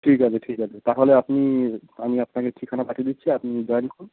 ঠিক আছে ঠিক আছে তাহলে আপনি আমি আপনাকে ঠিকানা পাঠিয়ে দিচ্ছি আপনি জয়েন করুন